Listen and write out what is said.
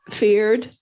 feared